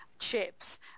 chips